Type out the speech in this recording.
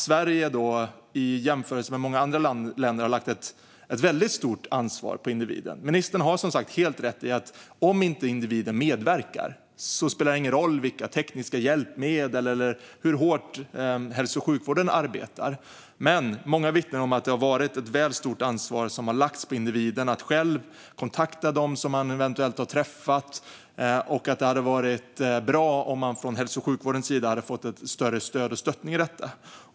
Sverige har i jämförelse med många andra länder lagt ett väldigt stort ansvar på individen. Ministern har som sagt helt rätt i att om inte individen medverkar spelar det ingen roll vilka tekniska hjälpmedel man har eller hur hårt hälso och sjukvården arbetar. Men många vittnar om att det har varit ett väl stort ansvar som har lagts på individen att själv kontakta dem som man eventuellt har träffat. Det hade varit bra om man från hälso och sjukvårdens sida hade fått ett större stöd och stöttning i detta.